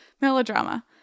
melodrama